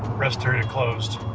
rest area closed.